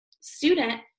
student